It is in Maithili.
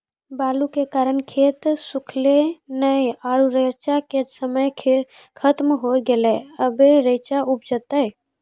बालू के कारण खेत सुखले नेय आरु रेचा के समय ही खत्म होय गेलै, अबे रेचा उपजते?